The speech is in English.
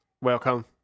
Welcome